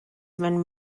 mewn